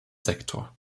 sektor